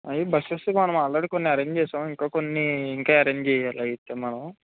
అయ్యి బస్సెస్ మనం ఆల్రెడీ కొన్ని అరేంజ్ చేశాం ఇంక కొన్నిఇంక అరేంజ్ చెయ్యాలి అయితే మనం